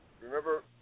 remember